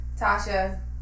Tasha